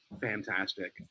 fantastic